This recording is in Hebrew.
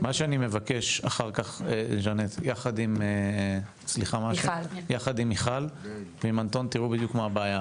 מה שאני מבקש אחר כך ז'נטה יחד עם מיכל ואנטון תראו מה הבעיה.